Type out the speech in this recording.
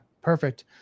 perfect